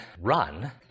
run